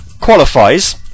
qualifies